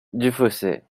dufausset